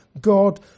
God